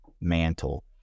Mantle